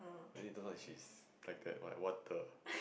really don't know she is like that like what the